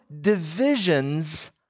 divisions